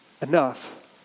enough